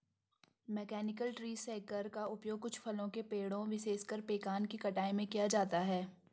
mechanical tree shaker का उपयोग कुछ फलों के पेड़ों, विशेषकर पेकान की कटाई में किया जाता है